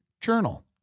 Journal